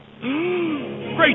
Great